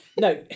no